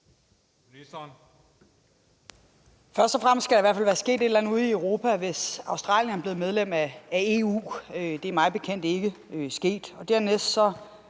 Løhde): Først og fremmest skal der i hvert fald være sket et eller andet ude i Europa, hvis Australien er blevet medlem af EU; det er mig bekendt ikke sket. Og dernæst var